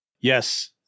yes